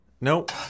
Nope